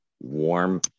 warm